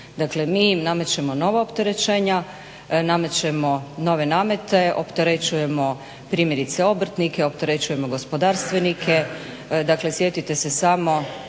Dakle, mi im namećemo nova opterećenja, namećemo nove namete, opterećujemo primjerice obrtnike, opterećujemo gospodarstvenike. Dakle, sjetite se samo